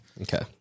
Okay